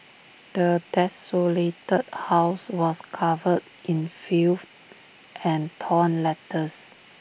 the desolated house was covered in filth and torn letters